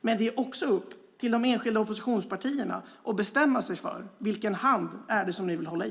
Men det är också upp till de enskilda oppositionspartierna att bestämma sig för vilken hand man vill hålla i.